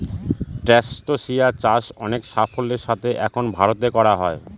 ট্রাস্টেসিয়া চাষ অনেক সাফল্যের সাথে এখন ভারতে করা হয়